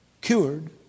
Cured